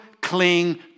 cling